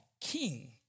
king